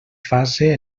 fase